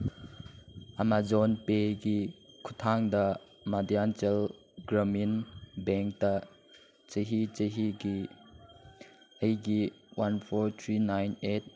Amazon ꯄꯦꯒꯤ ꯈꯨꯠꯊꯥꯡꯗ ꯃꯗ꯭ꯌꯥꯟꯆꯜ ꯒ꯭ꯔꯥꯃꯤꯟ ꯕꯦꯡꯛꯇ ꯆꯍꯤ ꯆꯍꯤꯒꯤ ꯑꯩꯒꯤ one four three nine eight